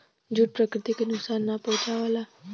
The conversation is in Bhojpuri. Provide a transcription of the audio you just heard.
जूट प्रकृति के नुकसान ना पहुंचावला